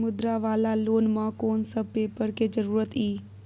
मुद्रा वाला लोन म कोन सब पेपर के जरूरत इ?